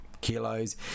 kilos